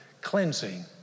Cleansing